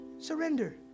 Surrender